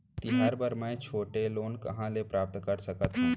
तिहार बर मै छोटे लोन कहाँ ले प्राप्त कर सकत हव?